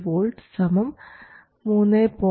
17 V 3